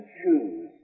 choose